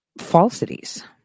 falsities